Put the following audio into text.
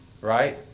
Right